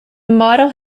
model